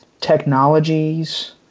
technologies